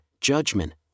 judgment